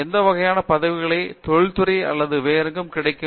எந்த வகையான பதவிகள் தொழிற்துறை அல்லது வேறெங்கும் கிடைக்கும்